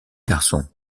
garçons